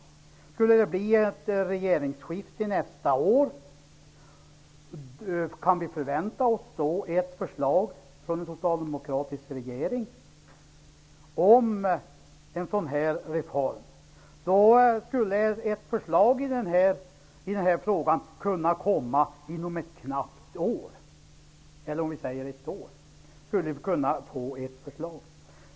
Kan vi, om det skulle bli ett regeringsskifte nästa år, förvänta oss ett förslag från en socialdemokratisk regering om en sådan reform? Ett förslag i denna fråga skulle i så fall kunna läggas fram inom ett knappt år.